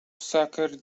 saker